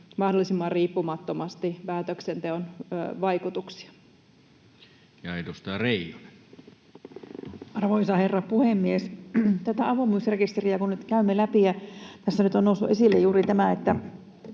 mahdollisimman riippumattomasti päätöksenteon vaikutuksia. Ja edustaja Reijonen. Arvoisa herra puhemies! Tätä avoimuusrekisteriä kun nyt käymme läpi ja tässä nyt on noussut esille juuri tämä,